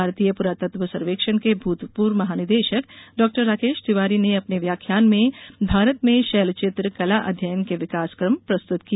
भारतीय पुरातत्व सर्वेक्षण के भूतपूर्व महानिदेशक डॉ राकेश तिवारी ने अपने व्याख्यान में भारत में शैलचित्र कला अध्ययन के विकास क्रम प्रस्तुत किया